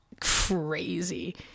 crazy